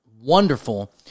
wonderful